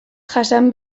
jasan